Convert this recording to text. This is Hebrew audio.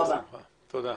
תודה.